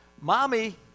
Mommy